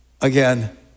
Again